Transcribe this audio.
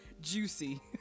juicy